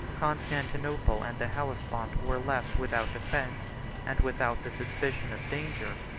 constantinople and the hellespont were left without defence and without the suspicion of danger.